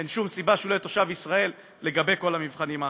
אין שום סיבה שהוא לא יהיה תושב ישראל לגבי כל המבחנים האחרים.